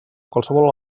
qualsevol